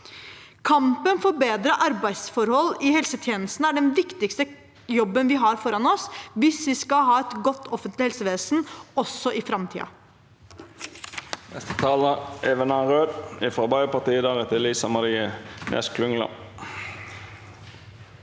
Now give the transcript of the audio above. Kampen for bedre arbeidsforhold i helsetjenesten er den viktigste jobben vi har foran oss hvis vi skal ha et godt offentlig helsevesen også i framtiden.